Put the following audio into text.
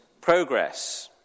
Progress